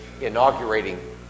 inaugurating